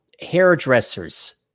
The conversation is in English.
hairdressers